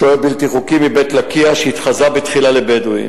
שוהה בלתי חוקי, מבית-לקיה שהתחזה בתחילה לבדואי.